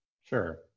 Sure